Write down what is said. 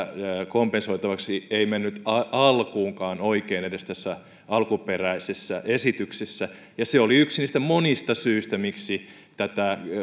kompensoitavaksi ei mennyt alkuunkaan oikein edes siinä alkuperäisessä esityksessä ja se oli yksi niistä monista syistä miksi tätä